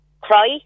cry